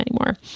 anymore